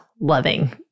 loving